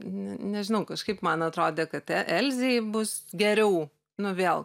n nežinau kažkaip man atrodė kad e elzei bus geriau nu vėl